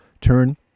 Turn